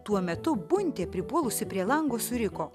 tuo metu buntė pripuolusi prie lango suriko